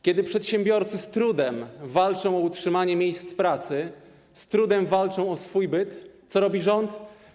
Kiedy przedsiębiorcy z trudem walczą o utrzymanie miejsc pracy, z trudem walczą o swój byt, co robi rząd?